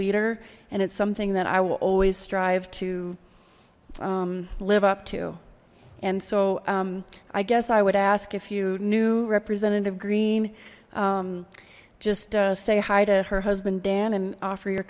leader and it's something that i will always strive to live up to and so i guess i would ask if you knew representative greene just say hi to her husband dan and offer your